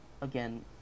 again